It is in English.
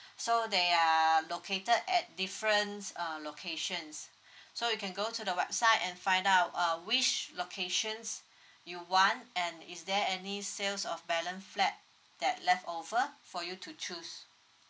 so they are located at different uh location so you can go to the website and find out uh which locations you want and is there any sales of balance flat that leftover for you to choose